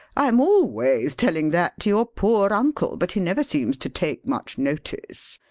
i am always telling that to your poor uncle, but he never seems to take much notice.